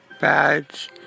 badge